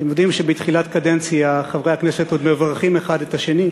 אתם יודעים שבתחילת קדנציה חברי הכנסת עוד מברכים האחד את השני.